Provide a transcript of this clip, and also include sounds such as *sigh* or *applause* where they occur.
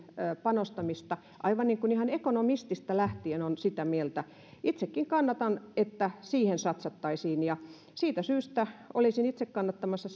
panostamista aivan niin kuin ihan ekonomistista lähtien on oltu sitä mieltä itsekin kannatan siihen satsaamista ja siitä syystä olisin itse kannattamassa *unintelligible*